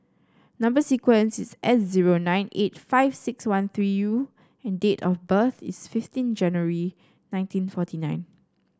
number sequence is S zero nine eight five six one three U and date of birth is fifteen January nineteen forty nine